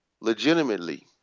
Legitimately